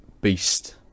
beast